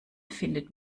findet